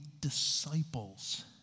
disciples